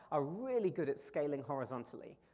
are really good at scaling horizontally.